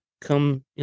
come